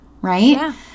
right